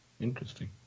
Interesting